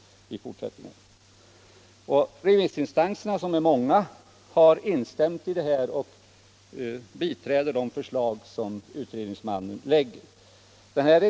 181 Remissinstanserna, som är många, har instämt i utredningsmannens synpunkter och biträder de förslag som han lagt fram.